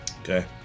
Okay